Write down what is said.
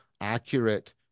accurate